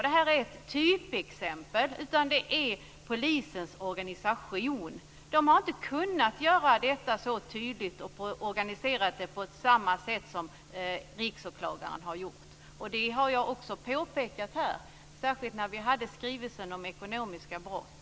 Det här ett typexempel. Det är polisens organisation det beror på. De har inte kunnat göra detta så tydligt och organisera arbetet på samma sätt som Riksåklagaren har gjort. Det har jag också påpekat här, särskilt när vi hade skrivelsen om ekonomiska brott.